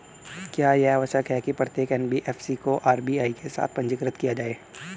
क्या यह आवश्यक है कि प्रत्येक एन.बी.एफ.सी को आर.बी.आई के साथ पंजीकृत किया जाए?